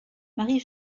marie